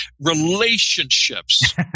relationships